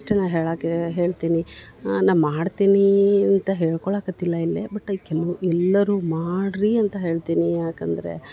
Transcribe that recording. ಅಷ್ಟೆ ನಾ ಹೇಳಾಕೇ ಹೇಳ್ತೀನಿ ನಾ ಮಾಡ್ತಿನಿ ಅಂತ ಹೇಳ್ಕೊಳಕತ್ತಿಲ್ಲ ಇಲ್ಲೇ ಬಟ್ ಕೆಲ್ವು ಎಲ್ಲರೂ ಮಾಡ್ರೀ ಅಂತ ಹೇಳ್ತೀನಿ ಯಾಕಂದರೆ